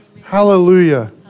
Hallelujah